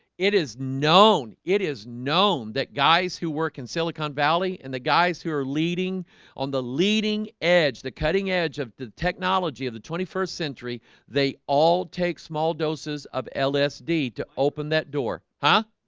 it is known it is known guys who work in silicon valley and the guys who are leading on the leading edge the cutting edge of the technology of the twenty first century they all take small doses of lsd to open that door, huh?